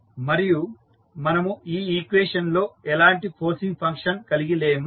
మరియు మనము ఈ ఈక్వేషన్ లో ఎలాంటి ఫోర్సింగ్ ఫంక్షన్ కలిగి లేము